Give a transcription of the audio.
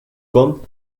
con